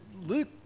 Luke